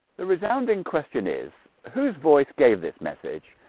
the resounding question is whose voice gave this message,